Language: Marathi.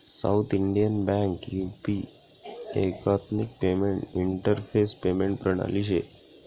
साउथ इंडियन बँक यु.पी एकात्मिक पेमेंट इंटरफेस पेमेंट प्रणाली शे